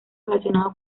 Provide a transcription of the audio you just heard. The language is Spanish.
relacionado